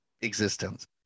existence